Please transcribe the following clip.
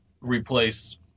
replace